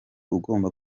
ugomba